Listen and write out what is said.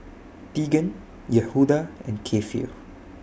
Teagan Yehuda and Keifer